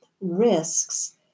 risks